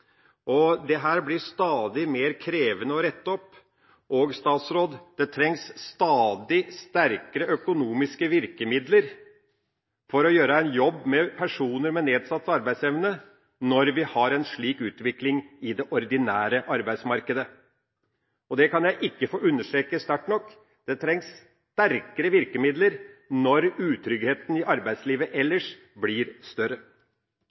blir det stadig mer krevende å rette opp. Det trengs stadig sterkere økonomiske virkemidler for å gjøre en jobb med personer med nedsatt arbeidsevne når vi har en slik utvikling i det ordinære arbeidsmarkedet – det kan jeg ikke få understreket sterkt nok. Det trengs sterkere virkemidler når utryggheten i arbeidslivet ellers blir større.